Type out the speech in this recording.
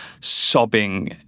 sobbing